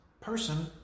person